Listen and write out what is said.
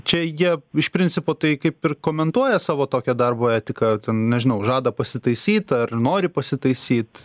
čia jie iš principo tai kaip ir komentuoja savo tokią darbo etiką ten nežinau žada pasitaisyt ar nori pasitaisyt